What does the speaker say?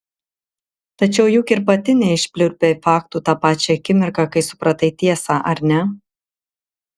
tačiau juk ir pati neišpliurpei faktų tą pačią akimirką kai supratai tiesą ar ne